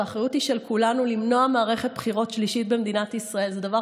האחריות למנוע מערכת בחירות שלישית במדינת ישראל היא של כולנו.